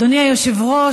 אדוני היושב-ראש,